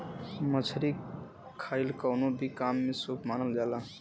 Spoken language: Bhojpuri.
मछरी खाईल कवनो भी काम में शुभ मानल जाला